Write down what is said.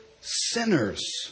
sinners